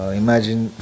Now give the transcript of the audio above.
imagine